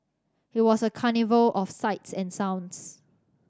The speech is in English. it was a carnival of sights and sounds